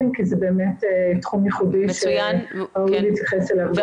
כי זה באמת תחום ייחודי שראוי להתייחס אליו --- מצוין.